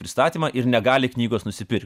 pristatymą ir negali knygos nusipirkt